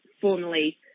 formally